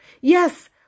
Yes